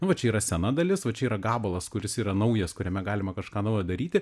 nu va čia yra sena dalis va čia yra gabalas kuris yra naujas kuriame galima kažką naujo daryti